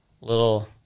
little